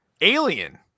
Alien